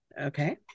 Okay